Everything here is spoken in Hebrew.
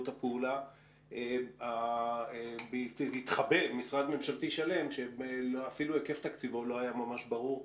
הפעולה יתחבא משרד ממשלתי שלם שאפילו היקף תקציבו לא היה ממש ברור,